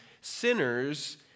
sinners